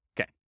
Okay